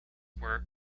were